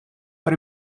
but